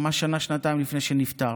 ממש שנה-שנתיים לפני שנפטר.